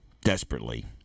desperately